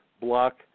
block